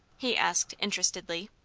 he asked, interestedly.